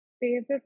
Favorite